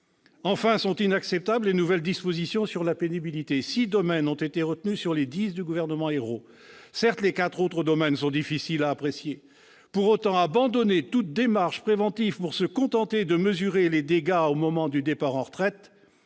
Enfin, sont inacceptables les nouvelles dispositions sur la pénibilité. Six domaines ont été retenus sur les dix qu'avait définis le gouvernement Ayrault. Certes, les quatre autres sont difficiles à apprécier. Pour autant, abandonner toute démarche préventive pour se contenter de mesurer les dégâts au moment du départ à la retraite,